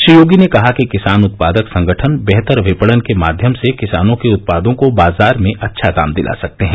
श्री योगी ने कहा कि किसान उत्पादक संगठन बेहतर विपणन के माध्यम से किसानों के उत्पादों को बाजार में अच्छा दाम दिला सकते हैं